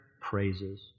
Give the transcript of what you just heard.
praises